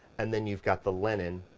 and then you've got the linen